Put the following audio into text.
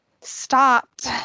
stopped